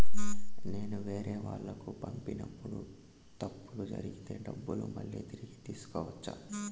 నేను వేరేవాళ్లకు పంపినప్పుడు తప్పులు జరిగితే డబ్బులు మళ్ళీ తిరిగి తీసుకోవచ్చా?